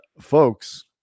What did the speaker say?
folks